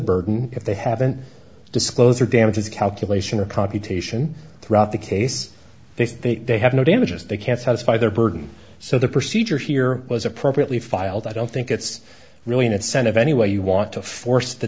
burden if they haven't disclose or damages calculation or computation throughout the case they think they have no damages they can't satisfy their burden so the procedure here was appropriately filed i don't think it's really an ascent of any way you want to force the